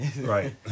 Right